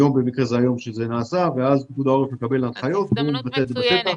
היום במקרה זה נעשה ואז פיקוד העורף מקבל הנחיות ומבטא אותן בשטח.